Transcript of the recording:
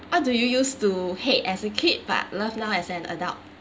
what do you used to hate as a kid but love now as an adult